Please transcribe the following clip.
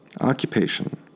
Occupation